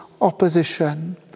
opposition